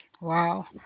Wow